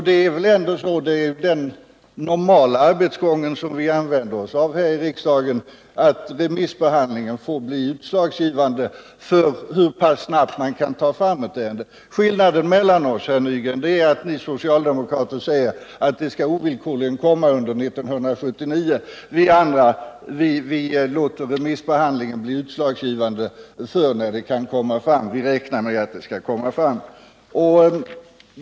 Det är den normala arbetsgången i regering och riksdag att remissbehandlingen får bli utslagsgivande för hur snabbt man kan ta fram ett ärende. Skillnaden mellan oss, herr Nygren, är att ni socialdemokrater säger att förslaget ovillkorligen skall komma under 1979, medan vi andra låter remissbehandlingen bli utslagsgivande för när vi räknar med att det skall komma fram.